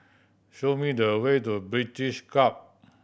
show me the way to British Club